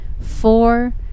four